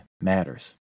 matters